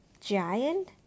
giant